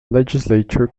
legislature